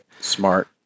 Smart